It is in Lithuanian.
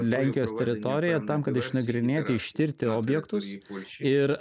lenkijos teritoriją tam kad išnagrinėti ištirti objektus ir